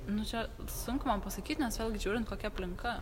nu čia sunku man pasakyt nes vėlgi žiūrint kokia aplinka